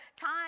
time